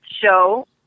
show